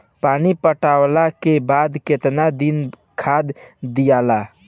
पानी पटवला के बाद केतना दिन खाद दियाला?